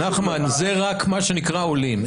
נחמן, זה רק מה שנקרא עולים.